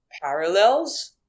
parallels